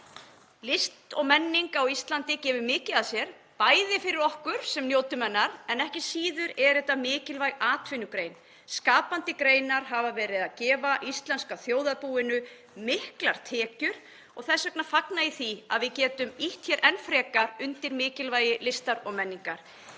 List og menning á Íslandi gefur mikið af sér, bæði fyrir okkur sem njótum hennar en ekki síður er þetta mikilvæg atvinnugrein. Skapandi greinar hafa verið að gefa íslenska þjóðarbúinu miklar tekjur og þess vegna fagna ég því að við getum ýtt hér enn frekar undir mikilvægi listar og menningar.